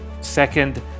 second